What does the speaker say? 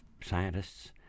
scientists